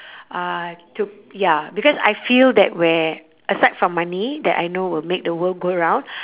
uh to ya because I feel that where aside from money that I know will make the world go round